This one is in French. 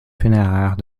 funéraires